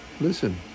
Listen